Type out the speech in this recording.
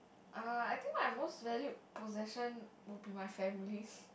uh I think my most valued possession would be my family